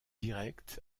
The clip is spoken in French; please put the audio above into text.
directe